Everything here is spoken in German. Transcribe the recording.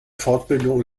fortbildung